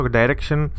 direction